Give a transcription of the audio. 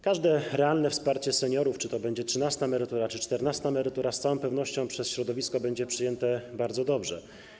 Każde realne wsparcie seniorów, czy to będzie trzynasta emerytura, czy czternasta emerytura, z całą pewnością przez środowisko będzie przyjęte bardzo dobrze.